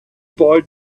boy